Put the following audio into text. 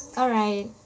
alright